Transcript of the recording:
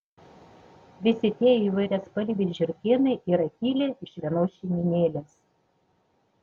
visi tie įvairiaspalviai žiurkėnai yra kilę iš vienos šeimynėlės